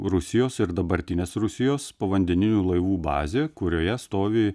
rusijos ir dabartinės rusijos povandeninių laivų bazė kurioje stovi